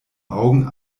augen